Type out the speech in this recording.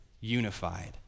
unified